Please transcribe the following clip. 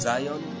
Zion